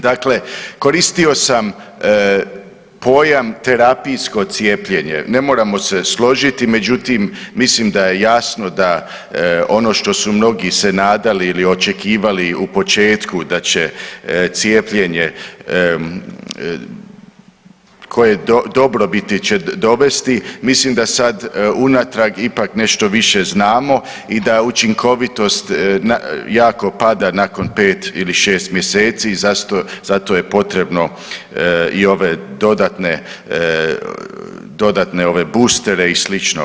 Dakle, koristio sam pojam terapijsko cijepljenje, ne moramo se složiti međutim mislim da je jasno da ono što su mnogi se nadali ili očekivali u početku da će cijepljenje koje dobrobiti će dovesti, mislim da sad unatrag ipak nešto više znamo i da učinkovitost jako pada nakon 5 ili 6 mjeseci i zato je potrebno i ove dodatne, dodatne ove boostere i slično.